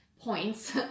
points